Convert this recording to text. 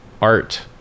art